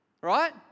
right